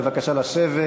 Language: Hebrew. בבקשה לשבת.